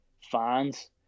fans